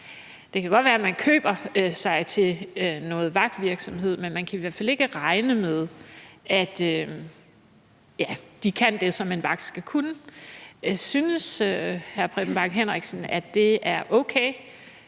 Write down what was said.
godt kan være, man køber sig til noget vagtvirksomhed, men man kan i hvert fald ikke regne med, at de kan det, som en vagt skal kunne. Synes hr. Preben Bang